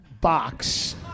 Box